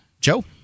Joe